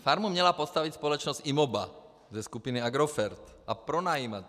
Farmu měla postavit společnost IMOBA ze skupiny Agrofert a pronajímat ji.